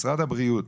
משרד הבריאות,